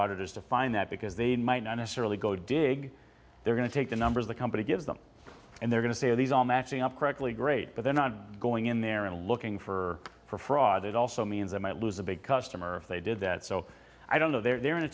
auditors to find that because they might not necessarily go dig they're going to take the numbers the company gives them and they're going to say these are matching up correctly great but they're not going in there and looking for for fraud it also means i might lose a big customer if they did that so i don't know they're